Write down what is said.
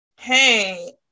Hey